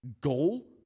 goal